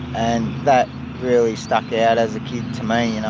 and that really stuck yeah out as a kid to me, you know?